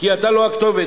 כי אתה לא הכתובת.